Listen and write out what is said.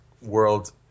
World